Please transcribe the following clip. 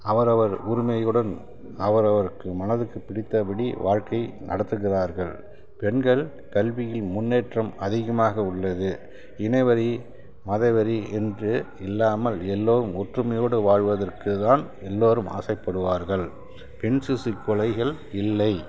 அவரவர் உரிமையுடன் அவரவருக்கு மனதுக்கு பிடித்த படி வாழ்க்கை நடத்துகிறார்கள் பெண்கள் கல்வியில் முன்னேற்றம் அதிகமாக உள்ளது இனவெறி மதவெறி என்று இல்லாமல் எல்லோரும் ஒற்றுமையோடு வாழ்வதற்கு தான் எல்லோரும் ஆசைப்படுவார்கள் பெண் சிசுக் கொலைகள் இல்லை